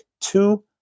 two